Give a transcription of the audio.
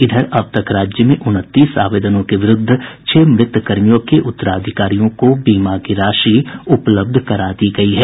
इधर अब तक राज्य में उनतीस आवेदनों के विरूद्व छह मृत कर्मियों के उत्तराधिकारियों को बीमा की राशि उपलब्ध करा दी गयी है